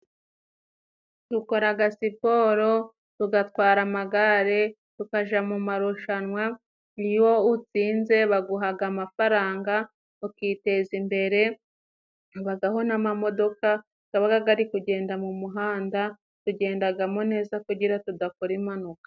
Dukoraga siporo, tugatwara amagare, tukaja mu marushanwa. Iyo utsinze baguhaga amafaranga ukiteza imbere. Habagaho n'amamodoka gabaga gari kugenda mu muhanda, tugendagamo neza kugira tudakora impanuka.